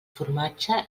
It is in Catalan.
formatge